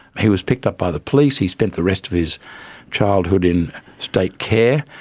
he was picked up by the police, he spent the rest of his childhood in state care.